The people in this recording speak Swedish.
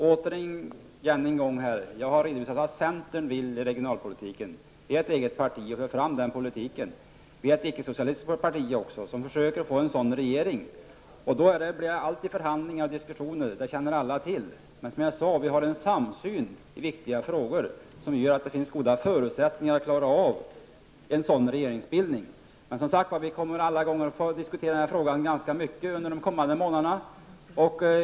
Herr talman! Jag har redovisat vad centern vill med regionalpolitiken. Vi är ett eget parti, och vi för fram den politiken. Vi är ett icke-socialistiskt parti som försöker få en sådan regering. Det blir då alltid förhandlingar och diskussioner. Det känner alla till. Men vi har en samsyn i viktiga frågor som gör att det finns goda förutsättningar att klara av en sådan regeringsbildning. Vi kommer alla gånger att diskutera denna fråga mycket under de kommande månaderna.